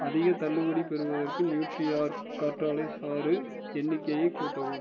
அதிகத் தள்ளுபடி பெறுவதற்கு நியூட்ரிஆர்க் கற்றாழை சாறு எண்ணிக்கையை கூட்டவும்